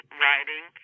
writing